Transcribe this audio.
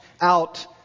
out